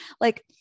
Like-